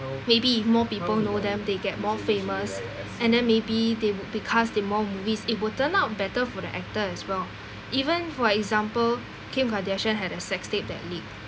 maybe more people know them they get more famous and then maybe they would be cast in more movies it will turn out better for the actor as well even for example kim kardashian had a sex tape that leaked